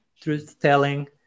truth-telling